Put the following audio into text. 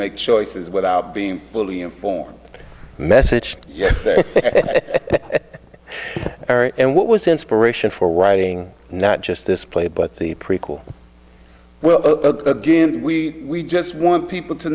make choices without being fully informed message yet and what was the inspiration for writing not just this play but the prequel well look again we just want people to